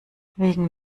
wegen